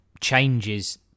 changes